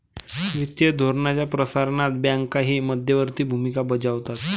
वित्तीय धोरणाच्या प्रसारणात बँकाही मध्यवर्ती भूमिका बजावतात